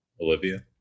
olivia